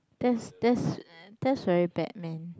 that's that's that's very bad man